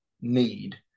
need